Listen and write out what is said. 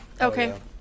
Okay